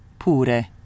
pure